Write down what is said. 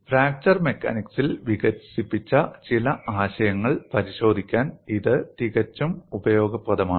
fracture മെക്കാനിക്സിൽ വികസിപ്പിച്ച ചില ആശയങ്ങൾ പരിശോധിക്കാൻ ഇത് തികച്ചും ഉപയോഗപ്രദമാണ്